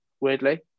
weirdly